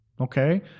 Okay